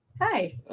hi